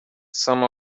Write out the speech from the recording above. some